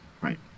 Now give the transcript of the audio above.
Right